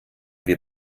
wir